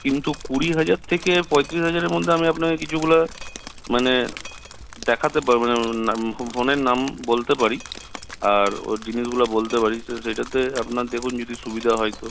কিন্তু কুড়ি হাজার থেকে পঁয়ত্রিশ হাজারের মধ্যে আমি আপনাকে কিছুগুলা মানে দেখাতে পারবো না ফোনের নাম বলতে পারি আর ওর জিনিসগুলো বলতে পারি সে সেটাতে আপনার দেখুন যদি সুবিধে হয় তো